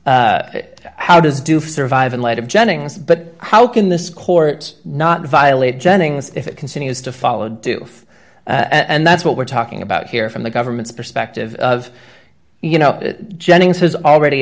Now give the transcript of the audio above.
how does it do for surviving light of jennings but how can this court not violate jennings if it continues to follow do and that's what we're talking about here from the government's perspective of you know jennings has already